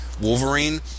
wolverine